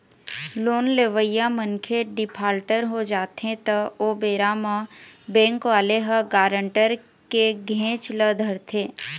loan लेवइया मनखे defaulter हो जाथे त ओ बेरा म बेंक वाले ह गारंटर के घेंच ल धरथे